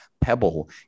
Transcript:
pebble